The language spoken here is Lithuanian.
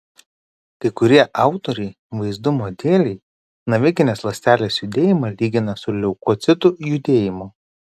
kai kurie autoriai vaizdumo dėlei navikinės ląstelės judėjimą lygina su leukocitų judėjimu